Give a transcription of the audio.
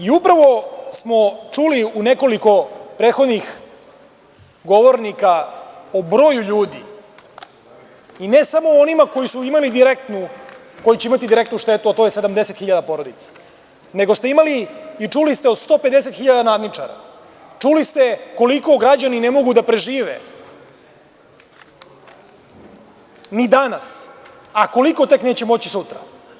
Upravo smo čuli od nekoliko prethodnih govornika o broju ljudi i ne samo onima koji će imati direktnu štetu, a to je 70.000 porodica, nego ste imali i čuli ste o 150.000 nadničara, čuli ste koliko građani ne mogu da prežive ni danas, a koliko tek neće moći sutra.